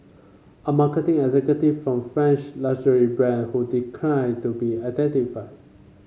a marketing executive from a French luxury brand who declined to be identified